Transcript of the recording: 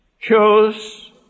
chose